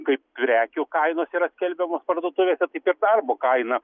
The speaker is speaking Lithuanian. kaip prekių kainos yra skelbiamos parduotuvėse taip ir darbo kaina